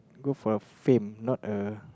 go for the fame not a